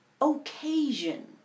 occasion